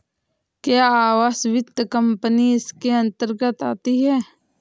क्या आवास वित्त कंपनी इसके अन्तर्गत आती है?